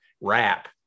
wrap